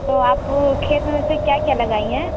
तो आप खेत मे वैसे क्या क्या लगाईं हैं